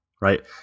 right